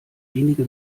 wenige